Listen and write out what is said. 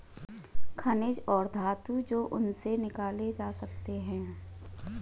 खनिज और धातु जो उनसे निकाले जा सकते हैं